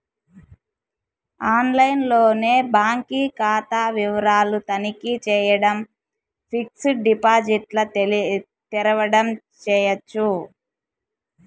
ఆన్లైన్లోనే బాంకీ కాతా వివరాలు తనఖీ చేయడం, ఫిక్సిడ్ డిపాజిట్ల తెరవడం చేయచ్చు